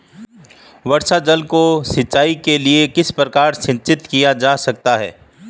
वर्षा जल को सिंचाई के लिए किस प्रकार संचित किया जा सकता है?